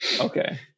Okay